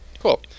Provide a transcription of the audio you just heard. Cool